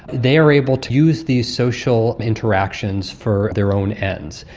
they are able to use these social interactions for their own ends.